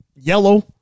yellow